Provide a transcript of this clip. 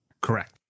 correct